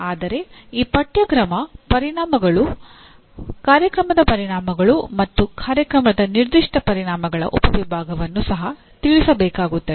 ಆದರೆ ಈ ಪಠ್ಯಕ್ರಮದ ಪರಿಣಾಮಗಳು ಕಾರ್ಯಕ್ರಮದ ಪರಿಣಾಮಗಳು ಮತ್ತು ಕಾರ್ಯಕ್ರಮದ ನಿರ್ದಿಷ್ಟ ಪರಿಣಾಮಗಳ ಉಪವಿಭಾಗವನ್ನು ಸಹ ತಿಳಿಸಬೇಕಾಗುತ್ತದೆ